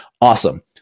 awesome